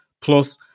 plus